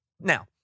now